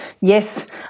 Yes